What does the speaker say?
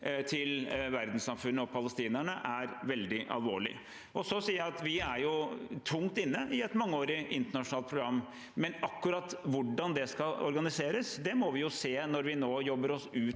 til verdenssamfunnet og palestinerne, er veldig alvorlig. Så sier jeg at vi er tungt inne i et mangeårig internasjonalt program, men akkurat hvordan det skal organiseres, må vi se på når vi nå jobber oss ut